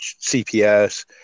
CPS